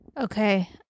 Okay